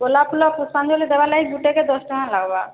ଗୋଲାପ ଫୁଲ ପୁଷ୍ପାଞ୍ଜଳି ଦେବା ଲାଗି ଗୋଟିଏ କେ ଦଶ ଟଙ୍କା ଲାଗବା